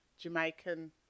Jamaican